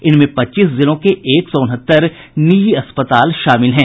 इनमें पच्चीस जिलों के एक सौ उनहत्तर निजी अस्पताल शामिल हैं